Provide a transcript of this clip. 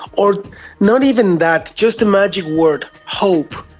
or not even that, just a magic word, hope,